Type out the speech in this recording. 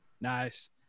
nice